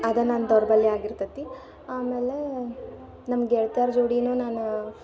ಅದೇ ನನ್ನ ದೌರ್ಬಲ್ಯ ಆಗಿರ್ತತಿ ಆಮೇಲೆ ನಮ್ಮ ಗೆಳ್ತ್ಯಾರ ಜೋಡಿಯೂ ನಾನು